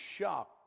shocked